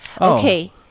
Okay